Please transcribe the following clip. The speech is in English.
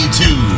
two